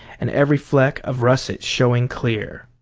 and every fleck of russet showing clear.